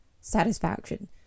satisfaction